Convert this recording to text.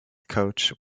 coach